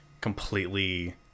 completely